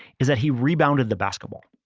is that he rebounded the basketball.